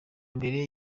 mbere